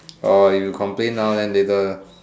orh if you complain now then later